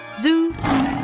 Zoo